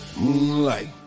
Moonlight